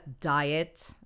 diet